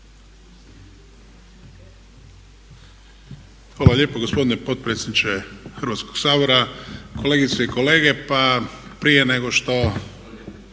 Hvala lijepo gospodine potpredsjedniče Hrvatskog sabora. Kolegice i kolege, pa prije nego što